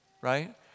Right